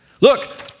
Look